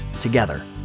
together